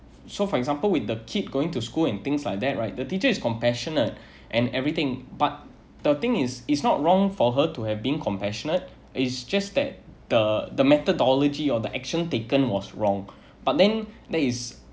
so for example with the kid going to school and things like that right the teacher is compassionate and everything but the thing is is not wrong for her to have being compassionate it's just that the the methodology or the action taken was wrong but then there is